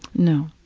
no.